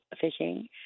fishing